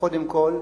קודם כול,